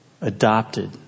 adopted